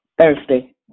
Thursday